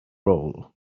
roll